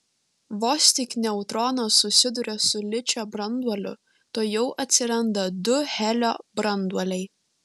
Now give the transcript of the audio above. vos tik neutronas susiduria su ličio branduoliu tuojau atsiranda du helio branduoliai